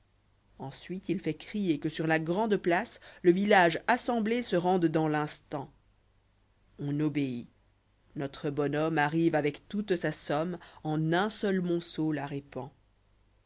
ensuite il fait crier que sur la grande place le village assemblé se rende dans l'instant on obéit notre bon homme arrive avec toute sa somme en un seul monceau la répand